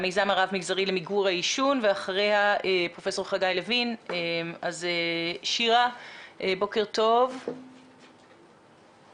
את פרופ' חגי לוין עוד ב-2018 כשסיגריות אלקטרוניות,